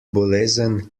bolezen